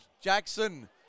Jackson